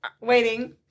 waiting